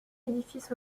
l’édifice